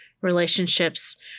relationships